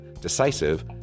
decisive